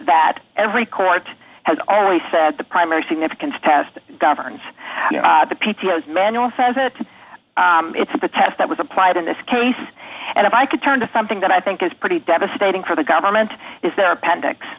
that every court has already said the primary significance test governs the p t o s manual says that it's the test that was applied in this case and if i could turn to something that i think is pretty devastating for the government is there appendix